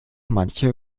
manche